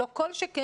לא כל שכן,